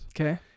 Okay